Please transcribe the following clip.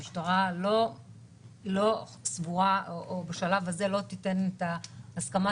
המשטרה לא סבורה או שבשלב הזה לא תיתן את ההסכמה